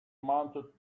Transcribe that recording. mounted